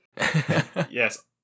Yes